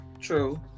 true